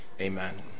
Amen